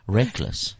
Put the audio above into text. reckless